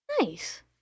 Nice